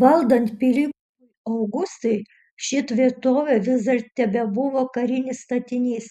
valdant pilypui augustui ši tvirtovė vis dar tebebuvo karinis statinys